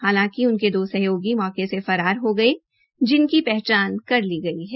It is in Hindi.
हालांकि उनके दो सहयोगी मौके फरार हो गये उनकी पहचान कर ली गई है